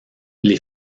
les